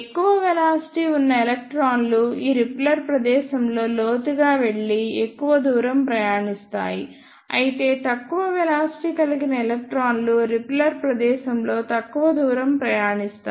ఎక్కువ వెలాసిటీ ఉన్న ఎలక్ట్రాన్లు ఈ రిపెల్లర్ ప్రదేశంలో లోతుగా వెళ్లి ఎక్కువ దూరం ప్రయాణిస్తాయి అయితే తక్కువ వెలాసిటీ కలిగిన ఎలక్ట్రాన్లు రిపెల్లర్ ప్రదేశంలో తక్కువ దూరం ప్రయాణిస్తాయి